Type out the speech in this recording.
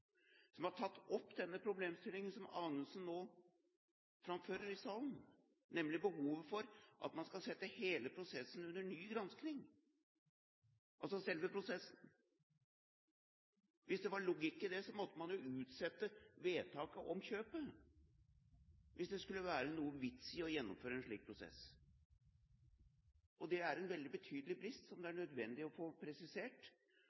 som har tatt opp denne problemstillingen som Anundsen nå framfører i salen, nemlig behovet for at man skal sette selve prosessen under ny granskning. Hvis det var logikk i det, måtte man jo utsette vedtaket om kjøpet, hvis det skulle være noen vits i å gjennomføre en slik prosess. Det er en veldig betydelig brist som det er nødvendig å få presisert.